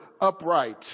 upright